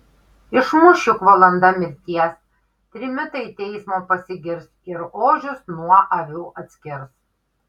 išmuš juk valanda mirties trimitai teismo pasigirs ir ožius nuo avių atskirs